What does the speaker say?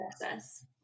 process